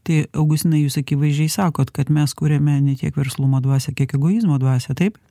tai augustinai jūs akivaizdžiai sakot kad mes kuriame ne tiek verslumo dvasią kiek egoizmo dvasią taip